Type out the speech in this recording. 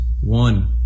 One